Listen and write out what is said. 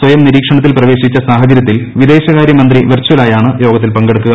സ്വയംനിരീക്ഷണത്തിൽ പ്രവേശിച്ച സാഹചര്യത്തിൽ വിദേശകാര്യമന്ത്രി വെർചൽ ആയാണ് യോഗത്തിൽ പങ്കെടുക്കുക